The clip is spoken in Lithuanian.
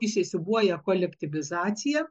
įsisiūbuoja kolektyvizacija